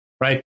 right